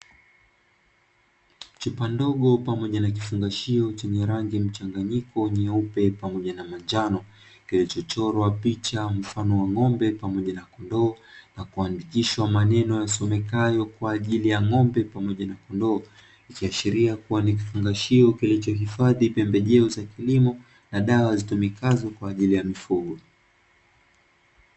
Chupa ndogo pamoja na kifungashio chenye rangi ya mchanganyiko nyeupe pamoja na manjano, kilichochorwa picha mfano wa ng'ombe pamoja na kondoo, na kuandikishwa maneno yasomekayo kwa ajili ya ng'ombe pamoja na kondoo. Ikiashiria kuwa ni kifungashio kilichohifadhi pembejeo za kilimo na dawa zitumikazo kwa ajili ya mifugo.